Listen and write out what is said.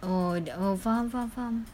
oh th~ oh faham faham faham